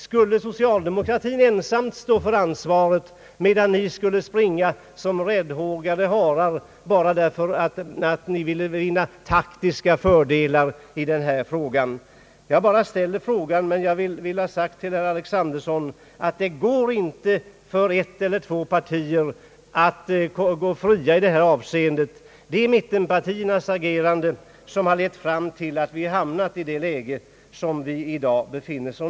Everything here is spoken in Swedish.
Skulle socialdemokratin ensam stå för ansvaret, medan ni skulle springa som räddhågade harar bara för att ni ville vinna taktiska fördelar i denna fråga? Jag bara ställer frågan, men jag vill ha sagt till herr Alexanderson, att det inte går för ett eller två partier att gå fria i detta avseende. Det är mittenpartiernas agerande som lett fram till att vi hamnat i det läge där vi i dag befinner oss.